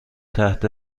تحت